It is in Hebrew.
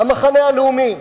המחנה הלאומי,